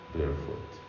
Barefoot